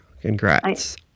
Congrats